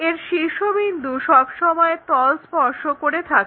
এর শীর্ষবিন্দু সব সময় তল স্পর্শ করে থাকে